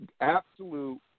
absolute